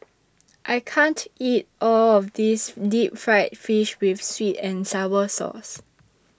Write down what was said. I can't eat All of This Deep Fried Fish with Sweet and Sour Sauce